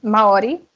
Maori